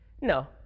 no